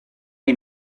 hay